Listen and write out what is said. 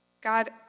God